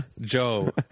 Joe